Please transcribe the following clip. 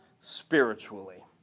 spiritually